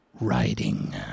Riding